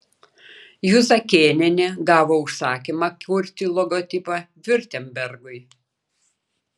juzakėnienė gavo užsakymą kurti logotipą viurtembergui